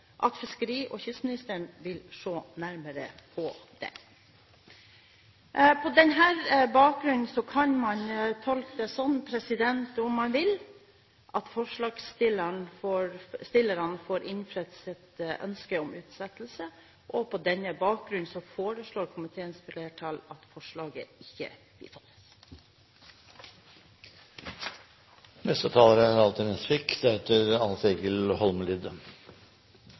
at fiskeri- og kystministeren vil se nærmere på den. På denne bakgrunn kan man tolke det slik – om man vil – at forslagsstillerne får innfridd sitt ønske om utsettelse, og på denne bakgrunn foreslår komiteens flertall at forslaget ikke bifalles. Først av alt